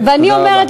תודה רבה.